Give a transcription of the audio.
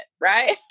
right